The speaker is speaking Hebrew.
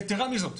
יתרה מזאת,